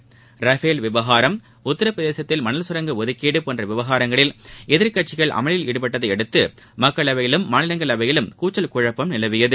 Rafale விவகாரம் உத்தரபிரதேசத்தில் மணல் சுரங்கஒதுக்கீடு போன்ற விவகாரங்களில் எதிர்கட்சிகள் அமளியில் ஈடுபட்டதையடுத்து மக்களவையிலும் மாநிலங்களவையிலும் கூச்சல் குழப்பம் நிலவியது